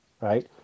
right